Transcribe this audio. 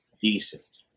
decent